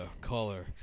color